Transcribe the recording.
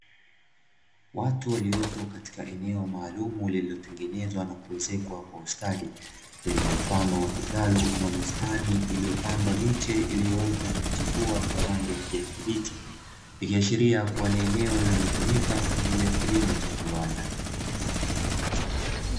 Watu walipo katika eneo maalumu lililo tengenezwa na kuezekwa kwa ustadi, lililo mfano wa kitalu ama bustani iliyo pandwa miche iliyo ota na kuchipua kwa rangi ya kijani kibichi, Likiashiria kuwa ni eneo linalo tumika kwaajili ya kilimo cha viwanda.